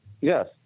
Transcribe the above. Yes